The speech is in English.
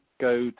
go